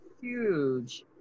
huge